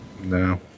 No